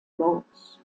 lords